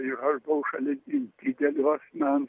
ir aš buvau šalia didelio asmens